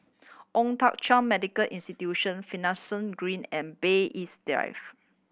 Old Thong Chai Medical Institution Finlayson Green and Bay East Drive